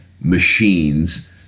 machines